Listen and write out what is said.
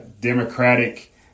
Democratic